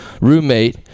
roommate